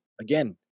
Again